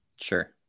Sure